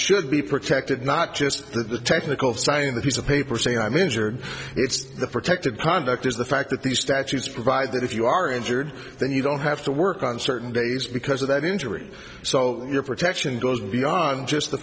should be protected not just the technical side of the piece of paper saying i'm injured it's the protected conduct is the fact that these statutes provide that if you are injured then you don't have to work on certain days because of that injury so your protection goes beyond just the